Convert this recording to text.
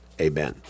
Amen